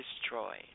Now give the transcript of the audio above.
destroy